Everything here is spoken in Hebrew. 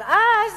אבל אז